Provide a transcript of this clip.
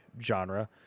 genre